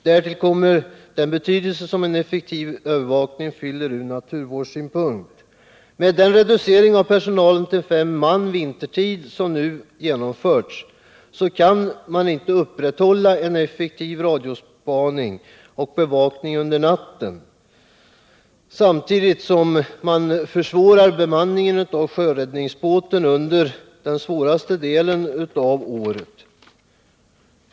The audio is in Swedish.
Därtill kommer den betydelse som en effektiv övervakning fyller från naturvårdssynpunkt. Med den reducering av personalen till fem man vintertid som nu genomförts kan en effektiv radiospaning under natten inte upprätthållas. Samtidigt försvårar man bemanningen av sjöräddningsbåten under den' svåraste delen av året.